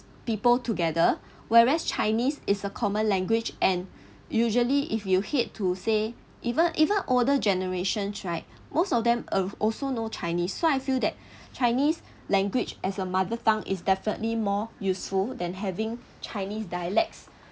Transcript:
people together whereas chinese is a common language and usually if you hate to say even even older generations right most of them uh also know chinese so I feel that chinese language as a mother tongue is definitely more useful than having chinese dialects